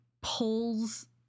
pulls